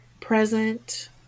present